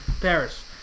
Paris